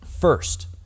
First